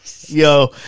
yo